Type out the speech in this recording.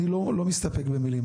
אני לא מסתפק במילים.